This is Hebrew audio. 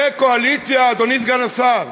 אדוני סגן השר,